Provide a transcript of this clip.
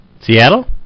Seattle